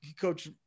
coach